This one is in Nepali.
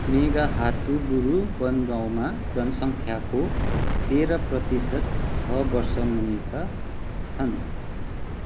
मेघाहातुबुरु वन गाउँमा जनसङ्ख्याको तेह्र प्रतिशत छ वर्ष मुनिका छन्